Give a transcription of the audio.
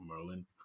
Merlin